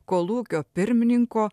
kolūkio pirmininko